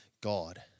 God